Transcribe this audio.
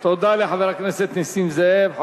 תודה, תודה לחבר הכנסת נסים זאב.